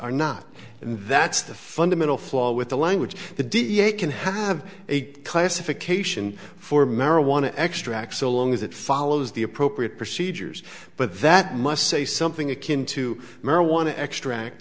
and that's the fundamental flaw with the language the da can have a classification for marijuana extract so long as it follows the appropriate procedures but that must say something akin to marijuana extract